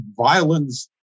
violence